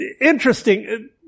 Interesting